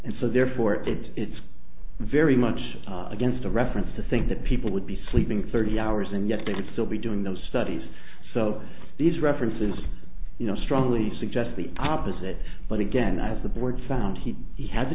and so therefore it it's very much against a reference to think that people would be sleeping thirty hours and yet it still be doing those studies so these references you know strongly suggest the opposite but again i was the board found he he had the